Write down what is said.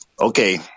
Okay